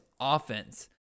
offense